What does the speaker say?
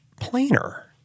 planer